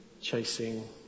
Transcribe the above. chasing